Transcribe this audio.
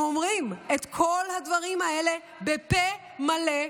הם אומרים את כל הדברים האלה בפה מלא,